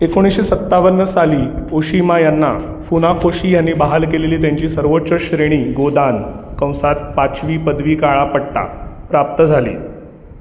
एकोणीशे सत्तावन्न साली पोषिमा यांना फुना पोशी यांनी ह्यांनी बहाल केलेली त्यांची सर्वोच्च श्रेणी गोदान कंसात पाचवी पदवी काळा पट्टा प्राप्त झाले